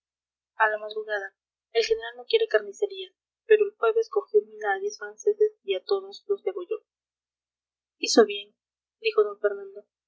a la madrugada el general no quiere carnicerías pero el jueves cogió mina a diez franceses y a todos los degolló hizo bien dijo d fernando